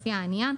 לפי העניין,